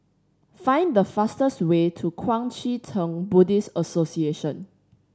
find the fastest way to Kuang Chee Tng Buddhist Association